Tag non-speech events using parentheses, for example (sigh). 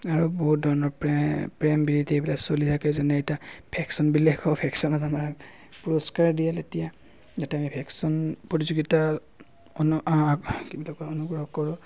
আৰু বহুত ধৰণৰ প্ৰেম প্ৰেম পিৰিতি এইবিলাক চলি থাকে যেনে এতিয়া ভেকচন বুলি কয় ভেকচনত আমাৰ পুৰস্কাৰ দিয়ে তেতিয়া তেতিয়া আমি ভেশচন প্ৰতিযোগিতা (unintelligible) কি বুলি কয় অনুগ্ৰহ কৰোঁ